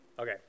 Okay